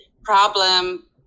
problem